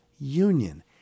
union